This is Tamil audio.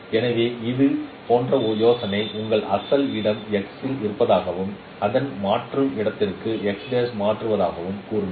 எனவே இது போன்ற யோசனை உங்களிடம் அசல் இடம் x இருப்பதாகவும் அதை மாற்றும் இடத்திற்கு மாற்றுவதாகவும் கூறுங்கள்